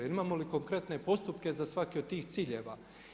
Imamo li konkretne postupke za svaki od tih ciljeva?